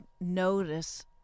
notice